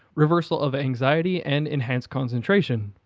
reversal of anxiety and enhanced concentration.